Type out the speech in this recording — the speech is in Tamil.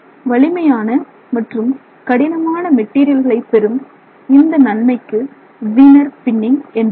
வலிமையான மற்றும் கடினமான மெட்டீரியல்களை பெறும் இந்த நன்மைக்கு ஜீனர் பின்னிங் என்று பெயர்